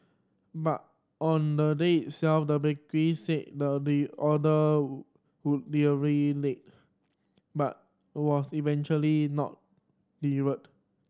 but on the day self the bakery said the the order would late but was eventually not delivered